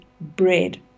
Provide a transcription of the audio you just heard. bread